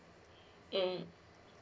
mm